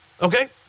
Okay